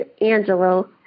Angelo